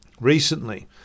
Recently